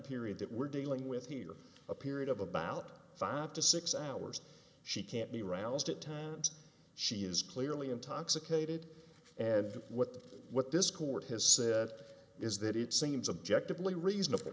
period that we're dealing with here a period of about five to six hours she can't be roused at times she is clearly intoxicated and what the what this court has said is that it seems subjectively reasonable